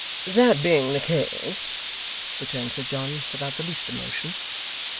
that being the case returned sir john, without the least emotion,